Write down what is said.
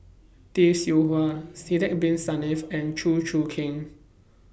Tay Seow Huah Sidek Bin Saniff and Chew Choo Keng